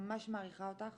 ממש מעריכה אותך